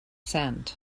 sand